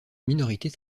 minorité